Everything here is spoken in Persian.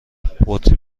بطری